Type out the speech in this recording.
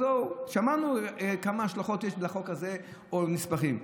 שמענו כמה השלכות יש לחוק הזה, או לנספחים.